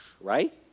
right